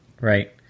right